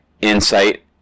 insight